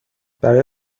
برای